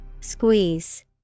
Squeeze